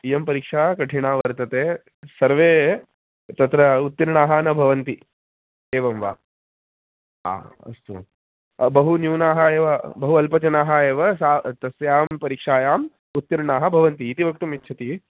इयं परीक्षा कठिना वर्तते सर्वे तत्र उत्तीर्णाः न भवन्ति एवं वा आम् अस्तु बहु न्यूनाः एव बहु अल्पजनाः एव सा तस्यां परिक्षायाम् उत्तीर्णाः भवन्ति इति वक्तुमिच्छति